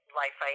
life